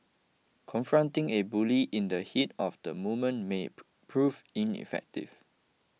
confronting a bully in the heat of the moment may prove ineffective